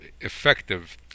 effective